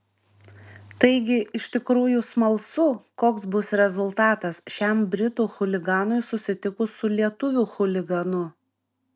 taigi iš tikrųjų smalsu koks bus rezultatas šiam britų chuliganui susitikus su lietuvių chuliganu